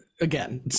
again